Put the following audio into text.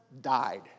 died